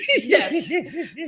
Yes